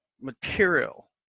material